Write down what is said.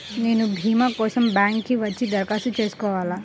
నేను భీమా కోసం బ్యాంక్కి వచ్చి దరఖాస్తు చేసుకోవాలా?